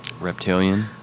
Reptilian